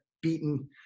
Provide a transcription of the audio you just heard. beaten